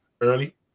Early